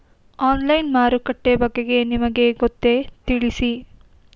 Online ಮಾರುಕಟ್ಟೆ ಬಗೆಗೆ ನಿಮಗೆ ಗೊತ್ತೇ? ತಿಳಿಸಿ?